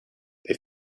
they